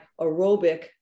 aerobic